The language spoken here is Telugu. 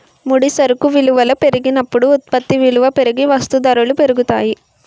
ముడి సరుకు విలువల పెరిగినప్పుడు ఉత్పత్తి విలువ పెరిగి వస్తూ ధరలు పెరుగుతాయి